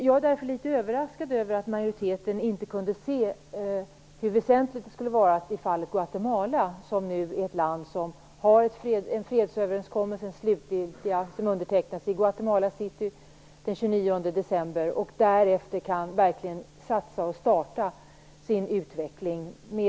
Jag blev litet överraskad över att majoriteten inte insåg hur väsentligt detta skulle vara i fallet Guatemala. Det är ett land som har en fredsöverenskommelse som slutligt undertecknas i Guatemala City den 29 december. Därefter kan man verkligen satsa på och starta en utveckling.